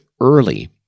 early